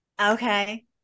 okay